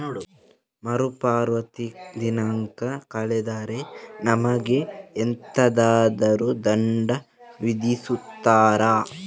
ಮರುಪಾವತಿ ದಿನಾಂಕ ಕಳೆದರೆ ನಮಗೆ ಎಂತಾದರು ದಂಡ ವಿಧಿಸುತ್ತಾರ?